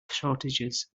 shortages